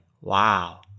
wow